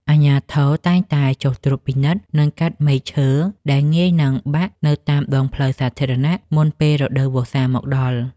អាជ្ញាធរតែងតែចុះត្រួតពិនិត្យ និងកាត់មែកឈើដែលងាយនឹងបាក់នៅតាមដងផ្លូវសាធារណៈមុនពេលរដូវវស្សាមកដល់។